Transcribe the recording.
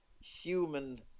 human